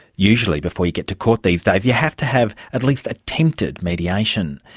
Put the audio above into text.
usually before you get to court these days you have to have at least attempted mediation,